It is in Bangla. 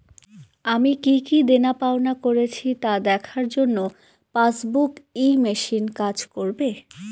আমি কি কি দেনাপাওনা করেছি তা দেখার জন্য পাসবুক ই মেশিন কাজ করবে?